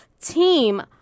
team